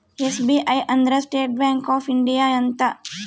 SBI ಅಂದ್ರ state bank of India ಅಂತ